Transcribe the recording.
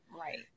Right